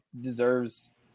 deserves